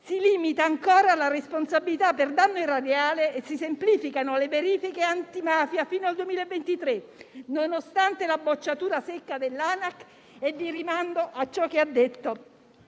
Si limita ancora la responsabilità per danno erariale e si semplificano le verifiche antimafia fino al 2023, nonostante la bocciatura secca dell'Autorità nazionale